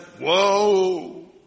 whoa